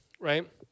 Right